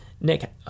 Nick